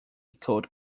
cold